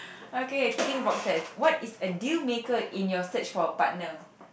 okay picking about sex what is a dealmaker in your search for a partner